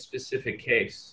specific case